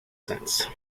sense